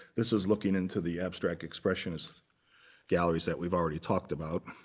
this is looking into the abstract expressionist galleries that we've already talked about.